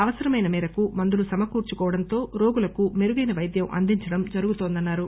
అవసరమైన మేరకు మందులు సమకూర్సుకోవడంతో రోగులకు మెరుగైన వైద్యం అందించడం జరుగుతుందన్నారు